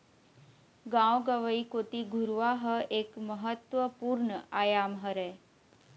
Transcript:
गाँव गंवई कोती घुरूवा ह एक महत्वपूर्न आयाम हरय